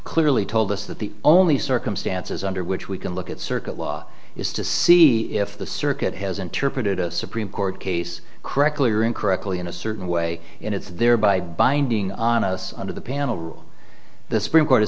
clearly told us that the only circumstances under which we can look at circuit law is to see if the circuit has interpreted a supreme court case correctly or incorrectly in a certain way and it's thereby binding on us under the panel the supreme court